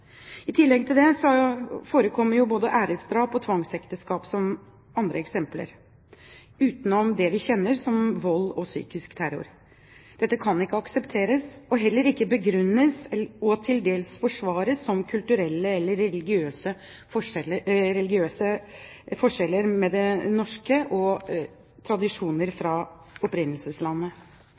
I tillegg til det forekommer både æresdrap og tvangsekteskap, som andre eksempler, utenom det vi kjenner som vold og psykisk terror. Dette kan ikke aksepteres, og heller ikke begrunnes og til dels forsvares med kulturelle eller religiøse forskjeller og tradisjoner mellom vertslandet og opprinnelseslandet. Det